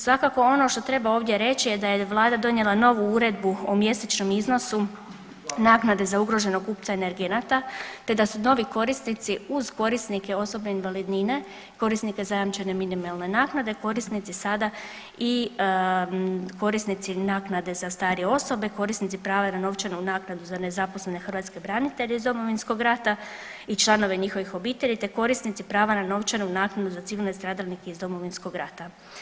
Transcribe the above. Svakako ono što treba ovdje reći je da je vlada donijela novu uredbu o mjesečnom iznosu naknade za ugroženog kupca energenata te da su novi korisnici uz korisnike osobne invalidnine, korisnike zajamčene minimalne naknade, korisnici sada i korisnici naknade za starije osobe, korisnici prava na novčanu naknadu za nezaposlene hrvatske branitelje iz Domovinskog rata i članove njihove obitelji te korisnici prava na novčanu naknadu za civilne stradalnike iz Domovinskog rata.